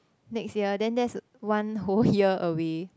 next year then that's one whole year away